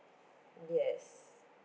yes